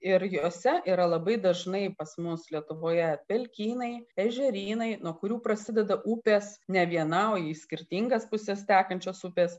ir jose yra labai dažnai pas mus lietuvoje pelkynai ežerynai nuo kurių prasideda upės ne viena o į skirtingas puses tekančios upės